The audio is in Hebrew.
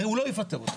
הרי הוא לא יפטר אותך.